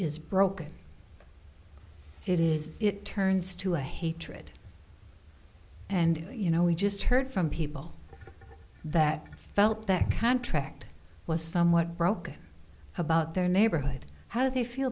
is broken it is it turns to hatred and you know we just heard from people that felt that contract was somewhat broken about their neighborhood how do they feel